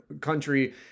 country